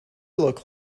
look